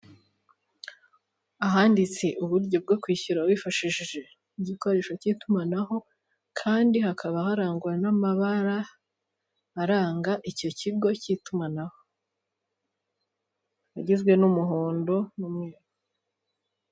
Ahanditse uburyo bwo kwishyura wifashishije igikoresho k'itumanaho, kandi hakaba harangwa n'amabara aranga icyo kigo k'itumanaho agizwe n'umuhondo n'umweru.